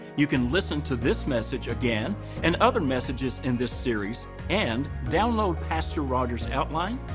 you can listen to this message again and other messages in this series and download pastor rogers outline,